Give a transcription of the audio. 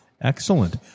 excellent